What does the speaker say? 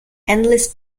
endless